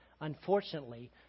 Unfortunately